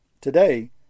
Today